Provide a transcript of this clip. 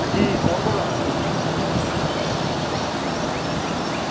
अंजी कु'न बोल्ला दा